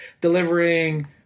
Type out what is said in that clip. delivering